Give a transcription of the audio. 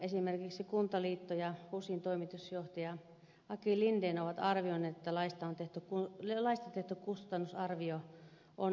esimerkiksi kuntaliitto ja husin toimitusjohtaja aki linden ovat arvioineet että laista tehty kustannusarvio on alakanttiin